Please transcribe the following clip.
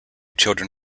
children